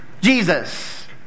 Jesus